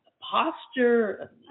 posture